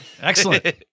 Excellent